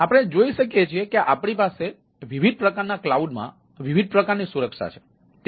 તેથી આપણે જોઈ શકીએ છીએ કે આપણી પાસે વિવિધ પ્રકારના કલાઉડ માં વિવિધ પ્રકારની સુરક્ષા છે